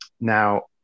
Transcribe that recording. Now